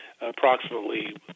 approximately